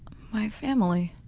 my family,